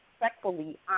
respectfully